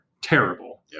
terrible